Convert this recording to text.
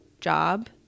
job